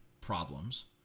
problems